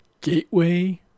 gateway